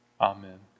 amen